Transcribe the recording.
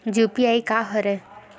UPI का हरय?